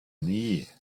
nie